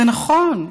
זה נכון,